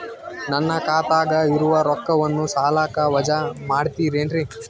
ನನ್ನ ಖಾತಗ ಇರುವ ರೊಕ್ಕವನ್ನು ಸಾಲಕ್ಕ ವಜಾ ಮಾಡ್ತಿರೆನ್ರಿ?